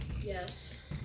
Yes